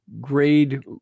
grade